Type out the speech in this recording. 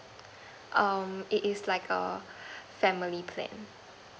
um it is like a family plan